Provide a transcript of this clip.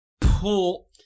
pull